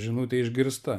žinutė išgirsta